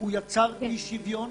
הוא יצר אי-שוויון.